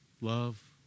Love